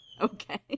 Okay